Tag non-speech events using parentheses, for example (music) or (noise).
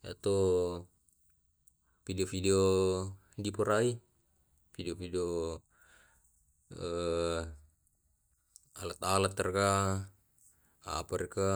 atau video video diporai, video video eh (hesitation) alat alat raka, apa raka.